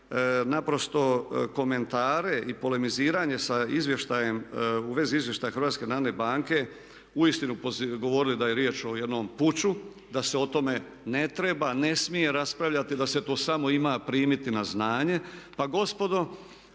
naprosto komentare i polemiziranje sa izvještajem, u vezi izvještaja HNB-a uistinu govorili da je riječ o jednom puću, da se o tome ne treba, ne smije raspravljati, da se to samo ima primiti na znanje. Pa gospodo